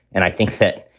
and i think that,